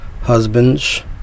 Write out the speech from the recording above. husbands